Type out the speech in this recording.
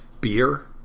beer